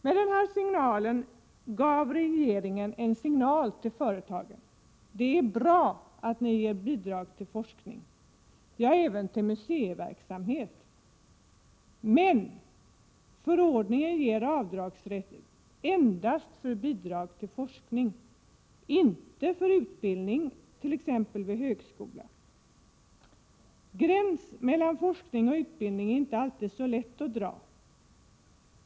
Med denna förordning gav regeringen en signal till företagen: Det är bra att ni ger bidrag till forskning, ja även till museiverksamhet. Men förordningen ger avdragsrätt endast för bidrag till forskning, inte för utbildning t.ex. vid högskolan. En gräns mellan forskning och utbildning är inte alltid lätt att dra.